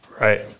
Right